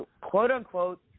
quote-unquote